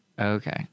Okay